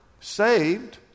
saved